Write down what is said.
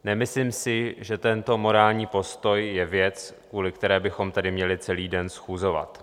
Nemyslím si, že tento morální postoj je věc, kvůli které bychom tady měli celý den schůzovat.